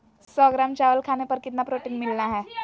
सौ ग्राम चावल खाने पर कितना प्रोटीन मिलना हैय?